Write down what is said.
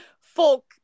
folk